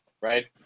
right